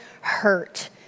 hurt